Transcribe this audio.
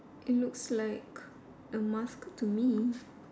it looks like a mask to me